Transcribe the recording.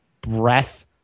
breath